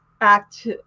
act